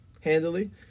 handily